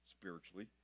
spiritually